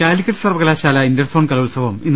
കാലിക്കറ്റ് സർവകലാശാല ഇന്റർസോൺ കലോത്സവം ഇന്ന്